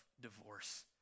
divorce